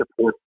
support